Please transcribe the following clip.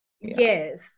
Yes